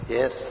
Yes